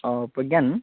অঁ প্ৰজ্ঞান